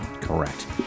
Correct